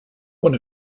one